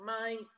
mind